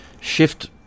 shift